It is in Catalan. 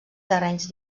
terrenys